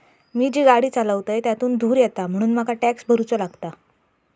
मी जी गाडी चालवतय त्यातुन धुर येता म्हणून मका टॅक्स भरुचो लागता